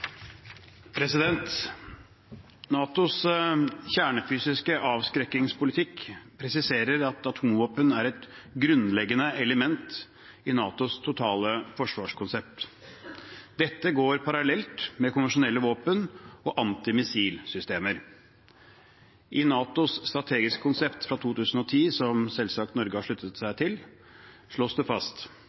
et grunnleggende element i NATOs totale forsvarskonsept. Dette går parallelt med konvensjonelle våpen og antimissilsystemer. I NATOs strategiske konsept fra 2010, som Norge selvsagt har sluttet seg til, slås det fast: